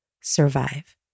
survive